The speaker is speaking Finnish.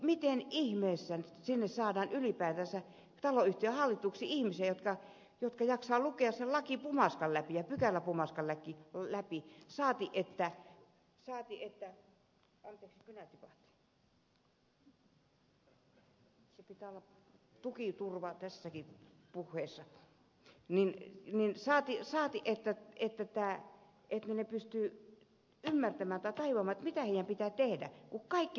miten ihmeessä sinne taloyhtiöiden hallituksiin saadaan ylipäätänsä ihmisiä jotka jaksavat lukea sen lakipumaskan läpi ja pykäläpumaskan läpi anteeksi kynä tipahti pitää olla tuki ja turva tässäkin puheessa saati että pystyvät ymmärtämään ja tajuamaan mitä heidän pitää tehdä kun kaikki säännellään